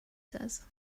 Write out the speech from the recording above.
says